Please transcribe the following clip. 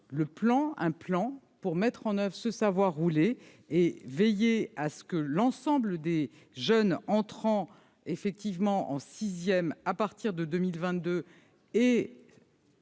se mêle. Un plan pour mettre en oeuvre ce « savoir rouler » et veiller à ce que l'ensemble des jeunes entrant en sixième à partir de 2022